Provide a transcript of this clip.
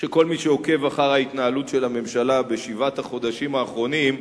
שכל מי שעוקב אחר ההתנהלות של הממשלה בשבעת החודשים האחרונים,